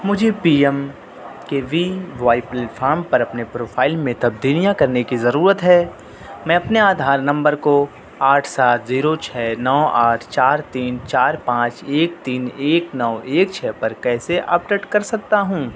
مجھے P M K V Y platform پر اپنے پروفائل میں تبدیلیاں کرنے کی ضرورت ہے میں اپنے آدھار نمبر کو آٹھ سات زیرو چھ نو آٹھ چار تین چار پانچ ایک تین ایک نو ایک چھ پر کیسے اپٹیٹ کر سکتا ہوں